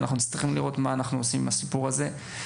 ואנחנו צריכים לראות מה אנחנו עושים עם הסיפור הזה.